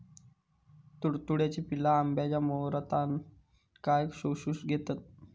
तुडतुड्याची पिल्ला आंब्याच्या मोहरातना काय शोशून घेतत?